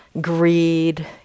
greed